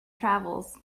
travels